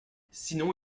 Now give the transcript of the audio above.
sinon